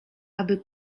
aby